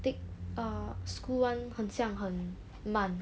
take err school [one] 很像很慢